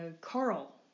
Carl